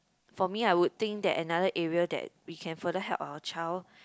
for me I would think that another area that we can further help our child